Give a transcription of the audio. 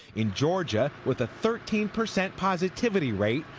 in georgia, with a thirteen percent positivity rate,